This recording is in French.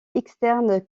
externe